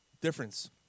difference